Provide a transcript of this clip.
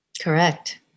Correct